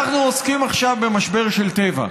אנחנו עוסקים עכשיו במשבר של טבע,